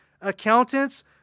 accountants